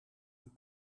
een